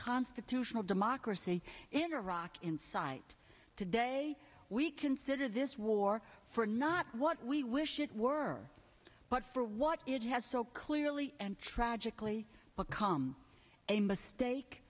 constitutional democracy in iraq in sight today we consider this war for not what we wish it were but for what it has so clearly and tragically to come a mistake